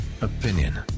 opinion